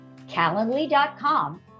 calendly.com